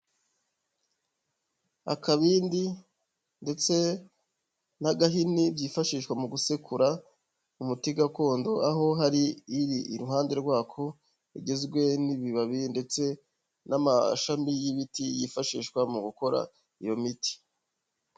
Akabindi ndetse n'agahini byifashishwa mu gusekura umuti gakondo, aho hari iri iruhande rwako, igizwe n'ibibabi ndetse n'amashami y'ibiti yifashishwa mu gukora iyo miti.